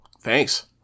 Thanks